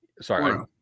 sorry